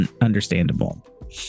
understandable